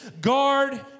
guard